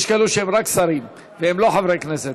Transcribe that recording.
יש כאלה שהם רק שרים ולא חברי כנסת.